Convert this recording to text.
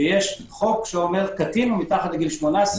שיש חוק שאומר שקטין הוא מתחת לגיל 18,